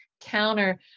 counter